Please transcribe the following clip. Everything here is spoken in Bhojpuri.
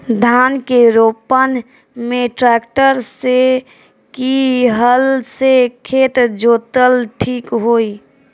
धान के रोपन मे ट्रेक्टर से की हल से खेत जोतल ठीक होई?